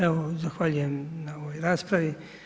Evo, zahvaljujem na ovoj raspravi.